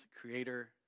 creator